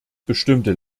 bestimmte